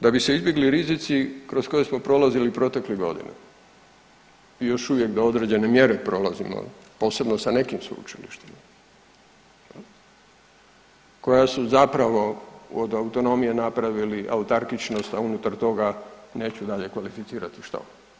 Da bi se izbjegli rizici kroz koje smo prolazili proteklih godina i još uvijek da određene mjere prolazimo posebno sa nekim sveučilištima koja su zapravo od autonomije napravili autarkičnost, a unutar toga neću dalje kvalificirati što.